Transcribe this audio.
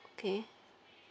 okay